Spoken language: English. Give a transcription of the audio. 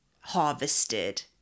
harvested